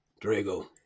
drago